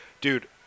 dude